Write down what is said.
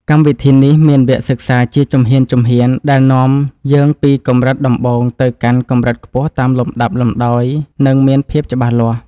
កម្មវិធីនេះមានវគ្គសិក្សាជាជំហានៗដែលនាំយើងពីកម្រិតដំបូងទៅកាន់កម្រិតខ្ពស់តាមលំដាប់លំដោយ និង មានភាពច្បាស់លាស់។